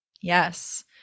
Yes